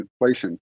inflation